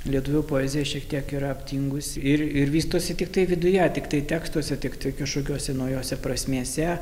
lietuvių poezija šiek tiek yra aptingusi ir ir vystosi tiktai viduje tiktai tekstuose tiktai kažkokiose naujose prasmėse